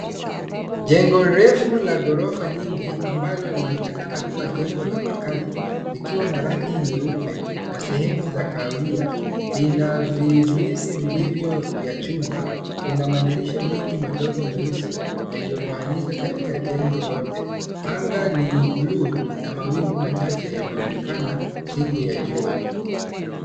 Jengo refu la ghorofa nyingi ambalo linaonekana kuwa jengo la makazi likiwa na rangi nyeupe na sehemu za kahawia, lina vizuizi vilivyo vya chuma. Kuna madirisha mengi madogo meusi yaliyotawanyika katika jengo lote. Anga ni buluu na mawingu machache yanaonekana siku ya jua.